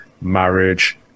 marriage